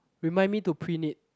remind me to print it